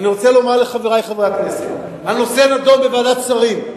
אני רוצה לומר לחברי חברי הכנסת: הנושא נדון בוועדת שרים.